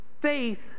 faith